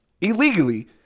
illegally